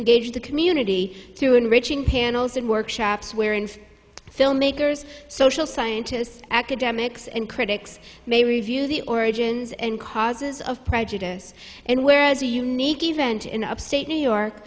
engage the community through enriching panels and workshops where filmmakers social scientists academics and critics may review the origins and causes of prejudice and wears a unique event in upstate new york